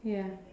ya